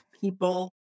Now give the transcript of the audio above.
people